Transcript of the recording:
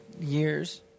years